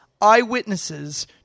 eyewitnesses